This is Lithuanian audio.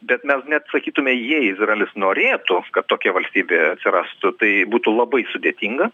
bet mes net sakytume jei izraelis norėtų kad tokia valstybė atsirastų tai būtų labai sudėtinga